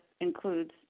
includes